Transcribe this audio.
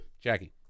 Jackie